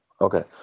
Okay